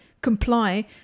comply